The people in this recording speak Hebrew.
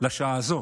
לשעה הזאת.